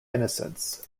innocence